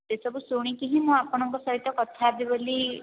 ସେସବୁ ଶୁଣିକି ହିଁ ମୁଁ ଆପଣଙ୍କ ସହିତ କଥା ହେବି ବୋଲି